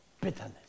bitterness